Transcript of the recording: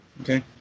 Okay